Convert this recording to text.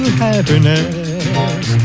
happiness